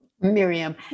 Miriam